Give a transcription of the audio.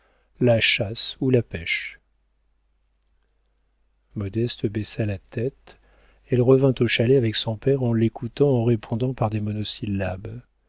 la chasse ou la pêche modeste baissa la tête elle revint au chalet avec son père en l'écoutant en répondant par des monosyllabes